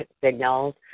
signals